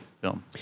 film